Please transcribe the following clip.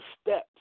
steps